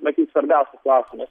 matyt svarbiausias klausimas